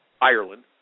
Ireland